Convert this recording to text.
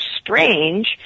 strange